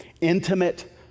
Intimate